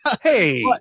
Hey